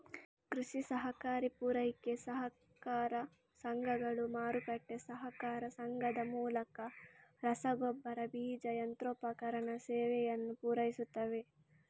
ಕೃಷಿ ಸಹಕಾರಿ ಪೂರೈಕೆ ಸಹಕಾರ ಸಂಘಗಳು, ಮಾರುಕಟ್ಟೆ ಸಹಕಾರ ಸಂಘದ ಮೂಲಕ ರಸಗೊಬ್ಬರ, ಬೀಜ, ಯಂತ್ರೋಪಕರಣ ಸೇವೆಯನ್ನು ಪೂರೈಸುತ್ತವೆ